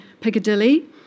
Piccadilly